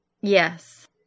Yes